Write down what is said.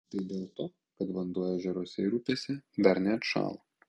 tai dėl to kad vanduo ežeruose ir upėse dar neatšalo